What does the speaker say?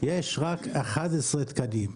יש רק 11 תקנים.